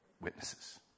witnesses